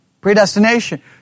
Predestination